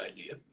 idea